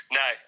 no